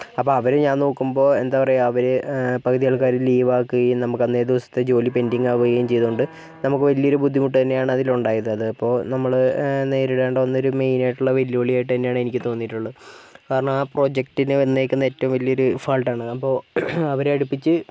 അപ്പം അവര് ഞാൻ നോക്കുമ്പോൾ എന്താ പറയുക അവര് പകുതി ആൾക്കാര് ലീവ് ആക്കുകയും നമുക്ക് അന്നേ ദിവസത്തെ ജോലി പെൻഡിങ് ആവുകയും ചെയ്തത് കൊണ്ട് നമുക്ക് വലിയൊരു ബുദ്ദിമുട്ട് തന്നെ ആണ് അതില് ഉണ്ടായത് അത് അപ്പം നമ്മള് നേരിടേണ്ട വന്ന ഒരു മെയിൻ ആയിട്ടുള്ള വെല്ലുവിളി ആയിട്ട് തന്നെ ആണ് എനിക്ക് തോന്നിയിട്ടുള്ളത് കാരണം ആ പ്രൊജക്റ്റിന് വന്നിരിക്കുന്ന ഏറ്റവും വലിയ ഒരു ഫാൾട്ടാണ് അപ്പം അവരെ അടുപ്പിച്ച്